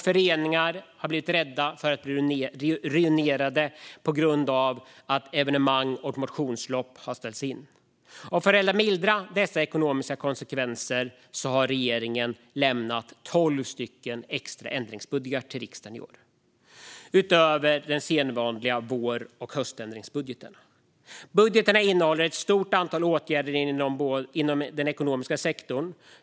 Föreningar har blivit rädda för att bli ruinerade på grund av att evenemang och motionslopp har ställts in. För att mildra dessa ekonomiska konsekvenser har regeringen lämnat tolv extra ändringsbudgetar till riksdagen i år utöver de sedvanliga vår och höständringsbudgeterna. Budgeterna innehåller ett stort antal åtgärder inom den ekonomiska sektorn.